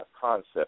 concept